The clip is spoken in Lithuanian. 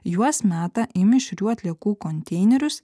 juos meta į mišrių atliekų konteinerius